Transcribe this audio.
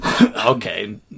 Okay